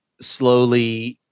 slowly